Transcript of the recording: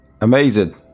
amazing